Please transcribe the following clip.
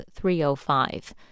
305